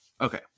okay